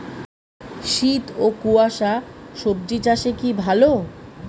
শীত ও কুয়াশা স্বজি চাষে কি ভালো?